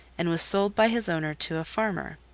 and was sold by his owner to a farmer.